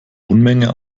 unmenge